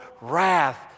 wrath